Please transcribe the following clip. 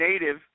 Native